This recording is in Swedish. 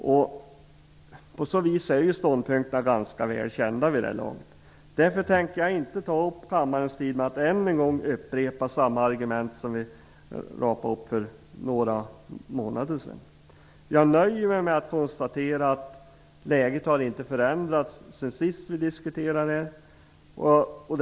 Därför är ju ståndpunkterna ganska välkända vid det här laget, och jag tänker inte ta upp kammarens tid med att än en gång upprepa samma argument som vi radade upp för några månader sedan. Jag nöjer mig med att konstatera att läget inte har förändrats sedan vi diskuterade detta senast.